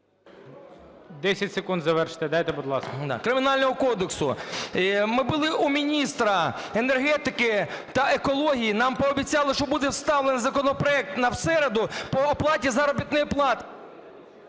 10 секунд завершити дайте, будь ласка. ШАХОВ С.В. … Кримінального кодексу? Ми були у міністра енергетики та екології, нам пообіцяли, що буде вставлений законопроект на середу по оплаті заробітних плат…